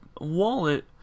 Wallet